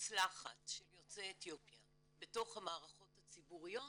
מוצלחת של יוצאי אתיופיה בתוך המערכות הציבוריות,